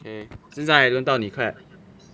现在轮到你 clap